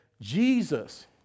Jesus